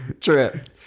trip